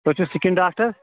تُہۍ چھِو skin doctor